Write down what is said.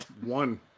One